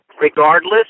regardless